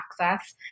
access